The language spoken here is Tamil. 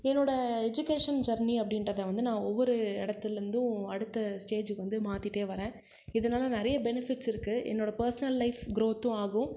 என்னோட எஜுகேஷன் ஜர்னி அப்படின்றத வந்து நான் ஒவ்வொரு இடத்துலேந்தும் அடுத்த ஸ்டேஜுக்கு வந்து மாற்றிட்டே வரேன் இதனால நிறைய பெனிஃபிட்ஸ் இருக்கு என்னோட பர்ஸ்னல் லைஃப் க்ரோத்தும் ஆகும்